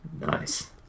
Nice